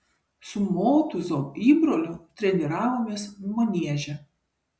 su motūzo įbroliu treniravomės manieže